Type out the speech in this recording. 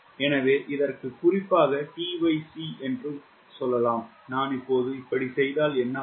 எனவே இதற்கு குறிப்பாக tc உள்ளது நான் இப்போது இப்படி செய்தால் என்ன ஆகும்